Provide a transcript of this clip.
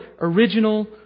original